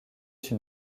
une